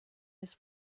his